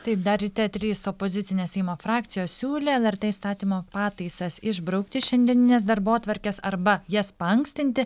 taip dar ryte trys opozicinės seimo frakcijos siūlė lrt įstatymo pataisas išbraukti iš šiandieninės darbotvarkės arba jas paankstinti